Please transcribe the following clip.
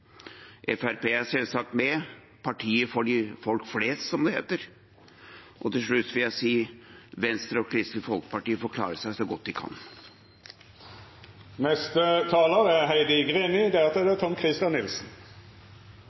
er selvsagt med, partiet for folk flest, som det heter. Til slutt vil jeg si: Venstre og Kristelig Folkeparti får klare seg så godt de